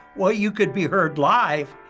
well, you could be heard live,